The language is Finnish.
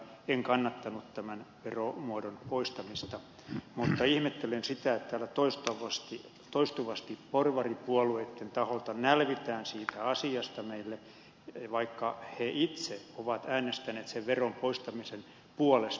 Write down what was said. en kannattanut tämän veromuodon poistamista mutta ihmettelen sitä että täällä toistuvasti porvaripuolueitten taholta nälvitään siitä asiasta meille vaikka he itse ovat äänestäneet sen veron poistamisen puolesta